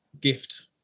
gift